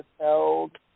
held